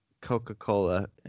Coca-Cola